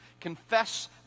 confess